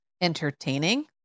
entertaining